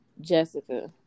Jessica